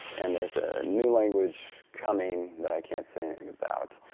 and there's a new language coming that i can't say anything about.